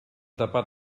tapar